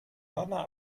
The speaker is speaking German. hörner